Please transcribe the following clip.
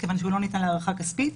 מכיוון שהוא לא ניתן להערכה כספית,